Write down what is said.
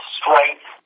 strength